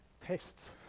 tests